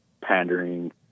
pandering